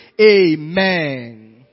Amen